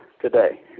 today